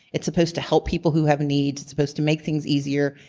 it's supposed to help people who have needs. it's supposed to make things easier.